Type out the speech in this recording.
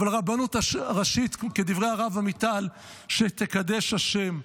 אבל רבנות ראשית כדברי הרב עמיטל, שתקדש השם.